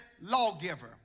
lawgiver